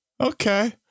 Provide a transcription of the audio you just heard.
okay